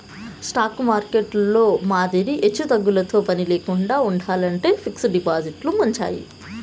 stock మార్కెట్టులో మాదిరి ఎచ్చుతగ్గులతో పనిలేకండా ఉండాలంటే ఫిక్స్డ్ డిపాజిట్లు మంచియి